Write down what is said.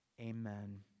Amen